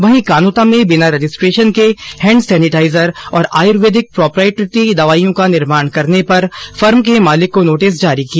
वहीं कानोता में बिना रजिस्ट्रेशन के हैंड सेनिटाइजर और आयुर्वैदिक प्रोपराइटरी दवाइयों का निर्माण करने पर फर्म के मालिक को नोटिस जारी किया